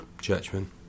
churchman